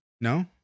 No